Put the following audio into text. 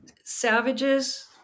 savages